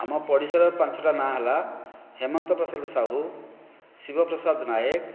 ଆମ ପଡ଼ିଶାର ପାଞ୍ଚଟା ନାମ ହେଲା ହେମନ୍ତ ପ୍ରସାଦ ସାହୁ ଶିବ ପ୍ରସାଦ ନାୟକ